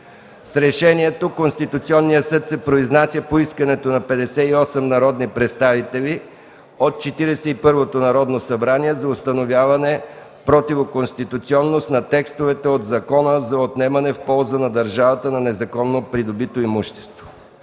С решението Конституционният съд се произнася по искането на 58 народни представители от Четиридесет и първото Народно събрание за установяване противоконституционност на текстовете от Закона за отнемане в полза на държавата на незаконно придобито имущество.